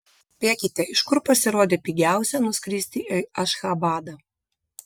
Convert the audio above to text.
spėkite iš kur pasirodė pigiausia nuskristi į ašchabadą